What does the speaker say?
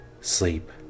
sleep